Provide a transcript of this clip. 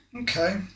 Okay